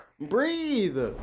Breathe